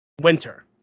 winter